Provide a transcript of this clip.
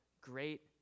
great